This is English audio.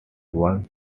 once